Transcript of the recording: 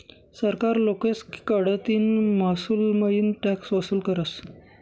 सरकार लोकेस कडतीन महसूलमईन टॅक्स वसूल करस